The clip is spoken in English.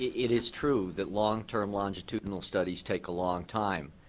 it is true that long term longitudinal studies take a long time.